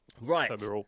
right